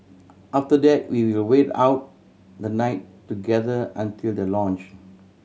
after that we will wait out the night together until the launch